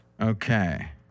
okay